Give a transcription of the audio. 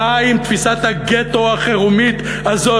די עם תפיסת הגטו החירומית הזאת.